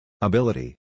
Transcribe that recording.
Ability